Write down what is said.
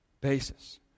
basis